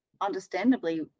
understandably